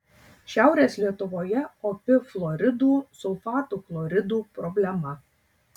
šiaurės lietuvoje opi fluoridų sulfatų chloridų problema